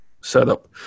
setup